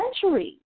century